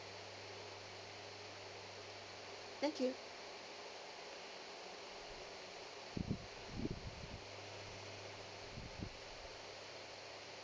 thank you